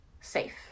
safe